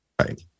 Right